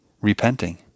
repenting